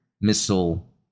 missile